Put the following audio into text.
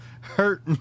hurt